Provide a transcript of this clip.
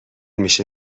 میشه